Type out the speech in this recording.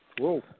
Whoa